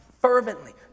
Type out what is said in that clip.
fervently